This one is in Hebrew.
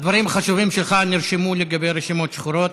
הדברים החשובים שלך נרשמו, לגבי רשימות שחורות.